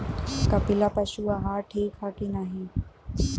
कपिला पशु आहार ठीक ह कि नाही?